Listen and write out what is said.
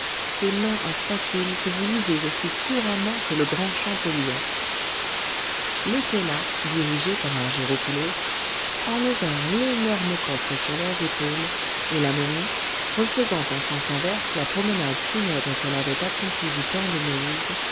ces mains en spatule que vous lisez aussi couramment que le grand champollion les fellahs dirigés par argyropoulos enlevèrent l'énorme coffre sur leurs épaules et la momie refaisant en sens inverse la promenade funèbre qu'elle avait accomplie du temps de moïse